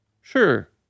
sure